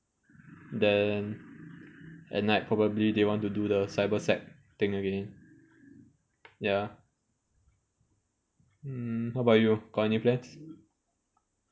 then at night probably they want to do the cyber sec~ thing again ya mm how about you got any plans